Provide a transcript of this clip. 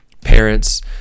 parents